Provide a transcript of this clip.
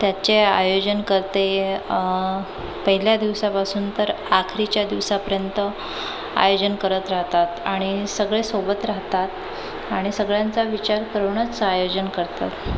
त्याचे आयोजनकर्ते पहिल्या दिवसापासून तर अखेरच्या दिवसापर्यंत आयोजन करत राहतात आणि सगळे सोबत राहतात आणि सगळ्यांचा विचार करूनच आयोजन करतात